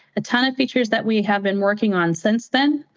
a ton of features that we have been working on since then,